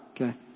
Okay